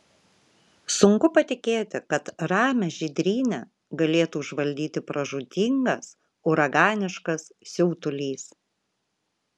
sunku patikėti kad ramią žydrynę galėtų užvaldyti pražūtingas uraganiškas siautulys